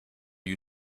you